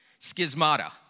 Schismata